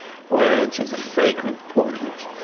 words of the fragrant portals,